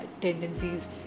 tendencies